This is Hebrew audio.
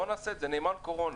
בואו נעשה נאמן קורונה.